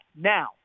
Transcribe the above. Now